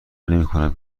نمیکنم